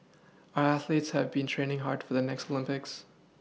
our athletes have been training hard for the next Olympics